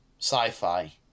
sci-fi